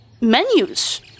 menus